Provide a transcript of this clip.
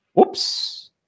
Oops